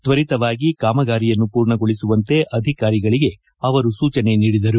ತ್ವರಿತಗತಿಯಲ್ಲಿ ಕಾಮಗಾರಿಯನ್ನು ಪೂರ್ಣಗೊಳಿಸುವಂತೆ ಅಧಿಕಾರಿಗಳಿಗೆ ಸೂಚನೆ ನೀಡಿದರು